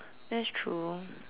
that's true